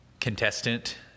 contestant